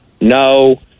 no